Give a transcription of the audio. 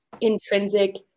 intrinsic